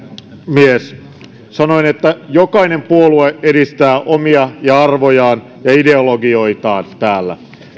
puhemies sanoin että jokainen puolue edistää omia arvojaan ja ideologioitaan täällä